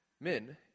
men